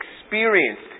experienced